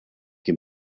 can